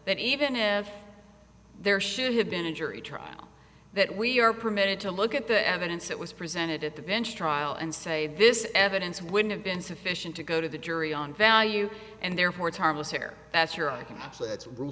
that even if there should have been a jury trial that we are permitted to look at the evidence that was presented at the bench trial and say this evidence would have been sufficient to go to the jury on value and therefore it's harmless here that's your i